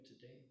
today